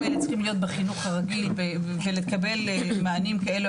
האלה צריכים להיות בחינוך הרגיל ולקבל מענים כאלה,